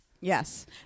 Yes